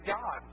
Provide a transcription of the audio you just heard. God